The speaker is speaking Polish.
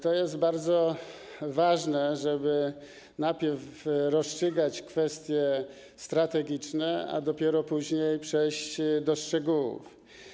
To jest bardzo ważne, żeby najpierw rozstrzygać kwestie strategiczne, a dopiero później przejść do szczegółów.